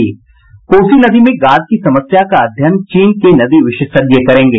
कोसी नदी में गाद की समस्या का अध्ययन चीन के नदी विशेषज्ञ करेंगे